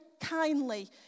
kindly